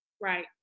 Right